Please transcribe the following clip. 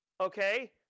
Okay